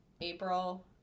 April